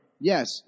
Yes